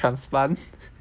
any transplant